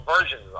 versions